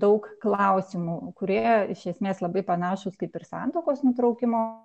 daug klausimų kurie iš esmės labai panašūs kaip ir santuokos nutraukimo